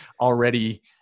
already